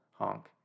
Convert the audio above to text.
honk